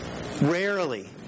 rarely